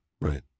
Right